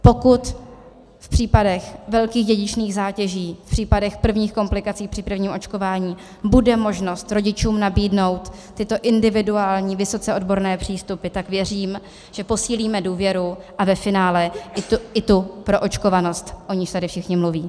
Pokud v případech velkých dědičných zátěží, v případech prvních komplikací při prvním očkování bude možnost rodičům nabídnout tyto individuální, vysoce odborné přístupy, tak věřím, že posílíme důvěru a ve finále i tu proočkovanost, o níž tady všichni mluví.